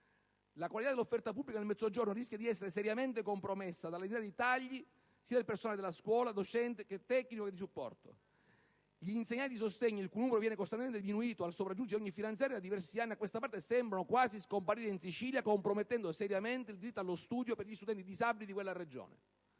La qualità dell'offerta della scuola pubblica nel Mezzogiorno rischia di essere seriamente compromessa dall'entità dei tagli del personale della scuola, sia docente che tecnico e di supporto. Gli insegnanti di sostegno, il cui numero viene costantemente diminuito al sopraggiungere di ogni finanziaria da diversi anni a questa parte, sembrano quasi scomparire in Sicilia, compromettendo seriamente il diritto allo studio per gli studenti disabili nella Regione.